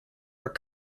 are